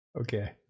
okay